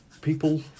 people